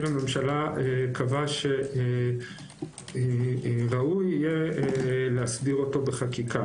לממשלה קבע שראוי יהיה להסדיר אותו בחקיקה,